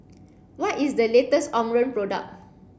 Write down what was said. what is the latest Omron product